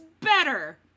better